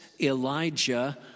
Elijah